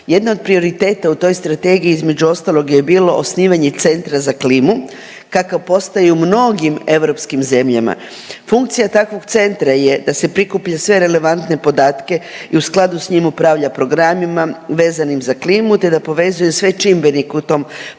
Jedna od prioriteta u toj Strategiji, između ostalog je i bilo, osnivanje centra za klimu, kakav postoje u mnogim europskim zemljama. Funkcija takvog centra je da se prikuplja sve relevantne podatke i u skladu s njim upravlja programima vezanim za klimu te da povezuje sve čimbenike u tom procesu